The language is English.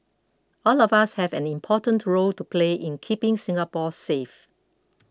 all of us have an important role to play in keeping Singapore safe